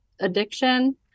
addiction